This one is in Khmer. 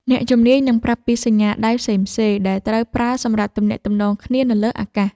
អ្នកជំនាញនឹងប្រាប់ពីសញ្ញាដៃផ្សេងៗដែលត្រូវប្រើសម្រាប់ទំនាក់ទំនងគ្នានៅលើអាកាស។